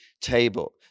table